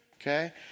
okay